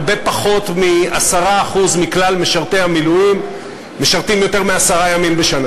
הרבה פחות מ-10% מכלל משרתי המילואים משרתים יותר מעשרה ימים בשנה,